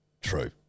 True